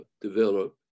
develop